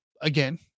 Again